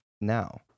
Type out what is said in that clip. now